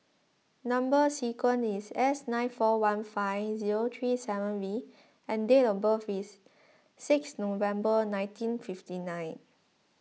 Number Sequence is S nine four one five zero three seven V and date of birth is six November nineteen fifty nine